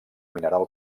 mineral